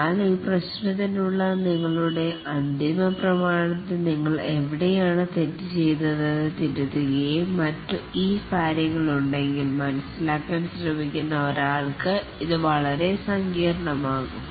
എന്നാൽ ഈ പ്രശ്നത്തിനുള്ള നിങ്ങളുടെ അന്തിമ പ്രമാണത്തിൽ നിങ്ങൾ എവിടെയാണ് തെറ്റ് ചെയ്തെന്ന് തിരുത്തുകയും മറ്റും ഈ കാര്യങ്ങൾ ഉണ്ടെങ്കിൽ മനസ്സിലാക്കാൻ ശ്രമിക്കുന്ന ഒരാൾക്ക് ഇത് വളരെ സങ്കീർണമാകും